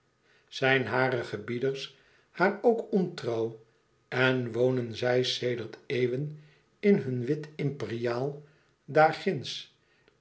zijn hare gebieders haar ook ontrouw en wonen zij sedert twee eeuwen in hun wit imperiaal